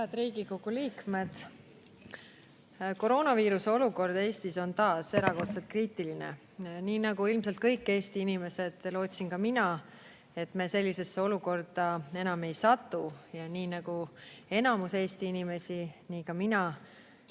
Head Riigikogu liikmed! Koroonaviiruse põhjustatud olukord Eestis on taas erakordselt kriitiline. Nii nagu ilmselt kõik Eesti inimesed, lootsin ka mina, et me sellisesse olukorda enam ei satu, ja nii nagu enamus Eesti inimesi, nii ka mina